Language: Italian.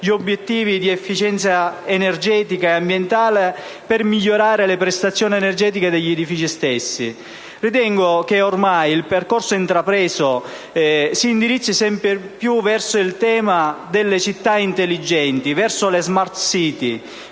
gli obiettivi di efficienza energetica e ambientale per migliorare le prestazioni energetiche degli edifici. Ritengo che ormai il percorso intrapreso si indirizzi sempre più verso il tema delle città intelligenti, le *smart city*,